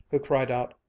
who cried out,